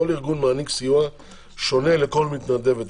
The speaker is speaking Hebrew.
כל ארגון מעניק סיוע שונה לכל מתנדבת אצלו.